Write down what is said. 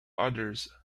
others